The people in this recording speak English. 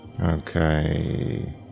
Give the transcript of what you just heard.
Okay